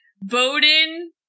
Bowden